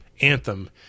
anthem